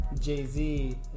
Jay-Z